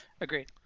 agreed